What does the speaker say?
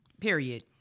period